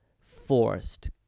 forced